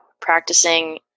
practicing